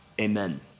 amen